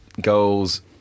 goals